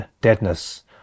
deadness